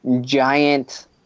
giant